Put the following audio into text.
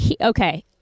Okay